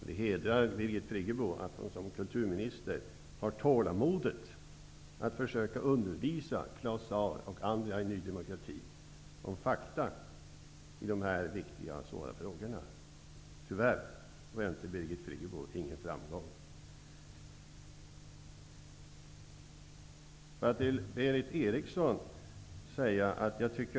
Det hedrar Birgit Friggebo att hon, som kulturminister, har tålamod att försöka undervisa Claus Zaar och andra i Ny demokrati om fakta i dessa viktiga och svåra frågor -- tyvärr rönte Birgit Friggebo ingen framgång.